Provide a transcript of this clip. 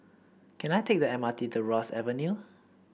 can I take the M R T to Ross Avenue